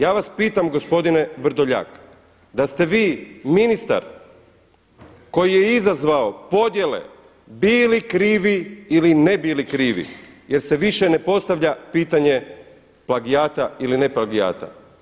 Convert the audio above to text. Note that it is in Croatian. Ja vas pitam gospodine Vrdoljak, da ste vi ministar koji je izazvao podjele bili krivi ili ne bili krivi jer se više ne postavlja pitanje plagijata ili ne plagijata.